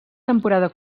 temporada